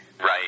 Right